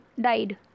died